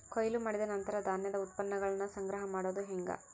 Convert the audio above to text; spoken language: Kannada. ಕೊಯ್ಲು ಮಾಡಿದ ನಂತರ ಧಾನ್ಯದ ಉತ್ಪನ್ನಗಳನ್ನ ಸಂಗ್ರಹ ಮಾಡೋದು ಹೆಂಗ?